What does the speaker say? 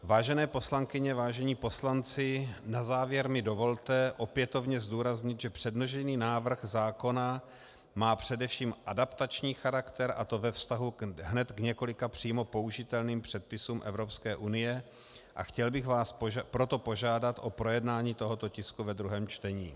Vážené poslankyně, vážení poslanci, na závěr mi dovolte opětovně zdůraznit, že předložený návrh zákona má především adaptační charakter, a to ve vztahu hned k několika přímo použitelným předpisům Evropské unie, a chtěl bych vás proto požádat o projednání tohoto tisku ve druhém čtení.